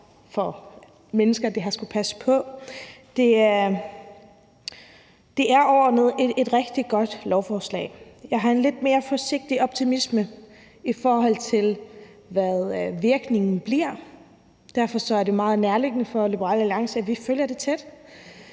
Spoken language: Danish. for mennesker, det har skullet passe på. Det er overordnet et rigtig godt lovforslag. Jeg har en lidt mere forsigtig optimisme, i forhold til hvad virkningen bliver. Derfor er det meget nærliggende for Liberal Alliance, at vi følger det tæt.